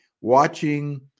watching